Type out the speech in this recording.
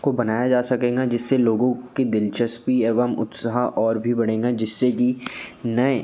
को बनाया जा सकेंगा जिससे लोगों की दिलचस्पी एवं उत्साह और भी बढ़ेंगा जिससे कि नए